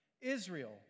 Israel